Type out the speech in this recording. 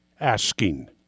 asking